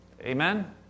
Amen